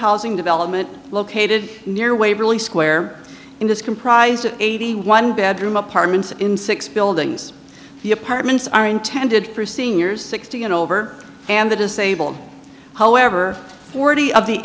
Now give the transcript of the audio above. housing development located near waverly square in this comprised of eighty one bedroom apartments in six buildings the apartments are intended for seniors sixty and over and the disabled however forty